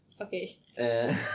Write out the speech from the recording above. Okay